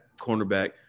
cornerback